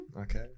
Okay